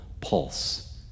pulse